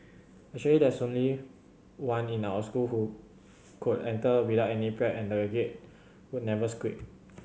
actually there was only one in our school who could enter without any prep and the Gate would never squeak